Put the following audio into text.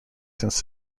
since